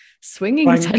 swinging